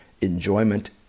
Enjoyment